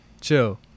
chill